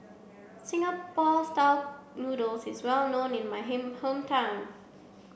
Singapore style noodles is well known in my him hometown